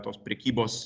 tos prekybos